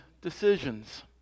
decisions